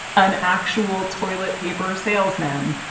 an actual toilet paper salesman,